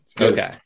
Okay